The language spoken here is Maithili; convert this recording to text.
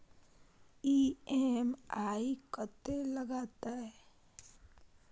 ई.एम.आई कत्ते लगतै?